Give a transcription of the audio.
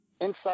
inside